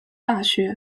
大学